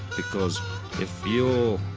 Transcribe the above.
because if you're,